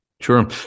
Sure